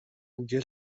گوگل